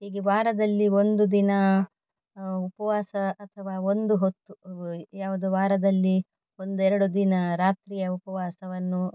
ಹೀಗೆ ವಾರದಲ್ಲಿ ಒಂದು ದಿನ ಉಪವಾಸ ಅಥವಾ ಒಂದು ಹೊತ್ತು ಯಾವುದು ವಾರದಲ್ಲಿ ಒಂದೆರಡು ದಿನ ರಾತ್ರಿಯ ಉಪವಾಸವನ್ನು